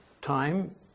time